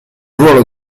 ruolo